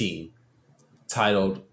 titled